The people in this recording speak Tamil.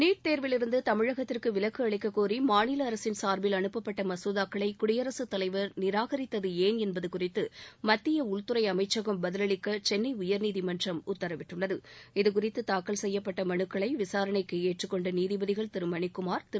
நீட் தேர்விலிருந்து தமிழகத்திற்கு விலக்கு அளிக்க கோரி மாநில அரசின் சார்பில் அனுப்பப்பட்ட மசோதாக்களை குடியரசுத் தலைவர் நிராகரித்தது ஏன் என்பது குறித்து மத்திய உள்துறை அமைச்சகம் பதிலளிக்க சென்னை உயர்நீதிமன்றம் உத்தரவிட்டுள்ளது இதுகுறித்து தாக்கல் செய்யப்பட்ட மனுக்களை விசாரணைக்கு ஏற்றுக்கொண்ட நீதிபதிகள் திரு மணிக்குமார் திரு